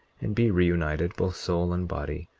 and be reunited, both soul and body,